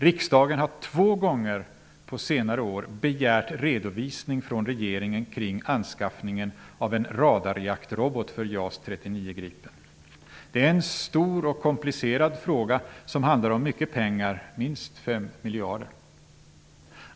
Riksdagen har två gånger under senare år begärt en redovisning från regeringen kring anskaffningen av en radarjaktrobot för JAS 39 Gripen. Det är en stor och komplicerad fråga som handlar om mycket pengar, minst 5 miljarder.